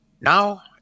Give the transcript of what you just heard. now